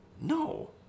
No